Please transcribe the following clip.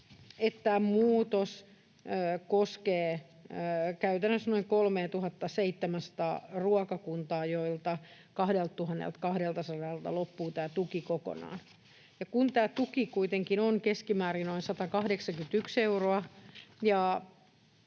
että muutos koskee käytännössä noin 3 700:aa ruokakuntaa, joista 2 200:lta loppuu tämä tuki kokonaan. Kun tämä tuki kuitenkin on keskimäärin noin 181 euroa